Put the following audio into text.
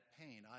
pain